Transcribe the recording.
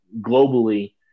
globally